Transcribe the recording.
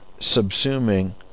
subsuming